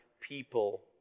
people